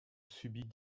subit